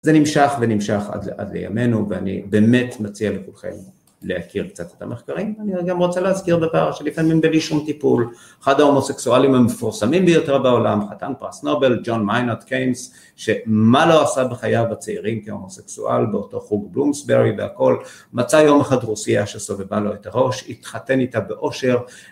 זה נמשך ונמשך עד לימינו ואני באמת מציע לכולכם להכיר קצת את המחקרים ואני גם רוצה להזכיר בפער שלפעמים בלי שום טיפול, אחד ההומוסקסואלים המפורסמים ביותר בעולם, חתן פרס נובל, ג'ון מיינרד קיינס, שמה לא עשה בחייו הצעירים כהומוסקסואל באותו חוג בלומסברי והכול, מצא יום אחד רוסיה שסובבה לו את הראש, התחתן איתה באושר